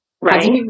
Right